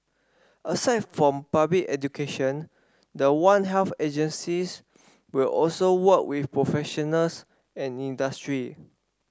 aside from public education the one health agencies will also work with professionals and industry